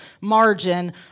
margin